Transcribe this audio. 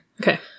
Okay